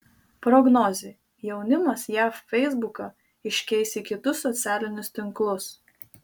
prognozė jaunimas jav feisbuką iškeis į kitus socialinius tinklus